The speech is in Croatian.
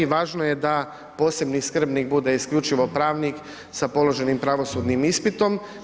Važno je da posebni skrbnik bude isključivo pravnik sa položenim pravosudnim ispitom.